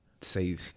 say